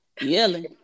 Yelling